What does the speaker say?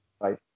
Right